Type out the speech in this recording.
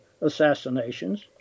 assassinations